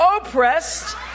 oppressed